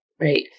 right